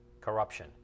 corruption